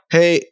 Hey